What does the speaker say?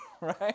Right